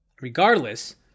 Regardless